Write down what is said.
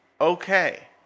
okay